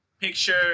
picture